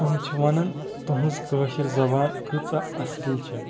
تِم چھِ وَنان تُہٕنٛز کٲشٕر زَبان کۭژاہ اَصٕل چھِ